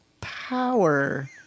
power